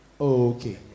Okay